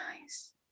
nice